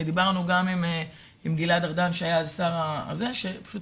דיברנו גם עם גלעד ארדן שהיה אז שר, פשוט